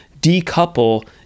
decouple